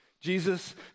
Jesus